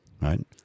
right